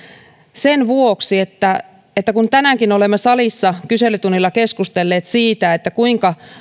sen vuoksi että että tänäänkin olemme salissa kyselytunnilla keskustelleet siitä kuinka